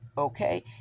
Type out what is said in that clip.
Okay